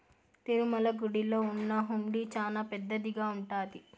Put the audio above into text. తిరుమల గుడిలో ఉన్న హుండీ చానా పెద్దదిగా ఉంటాది